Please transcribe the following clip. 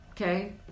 okay